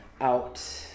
out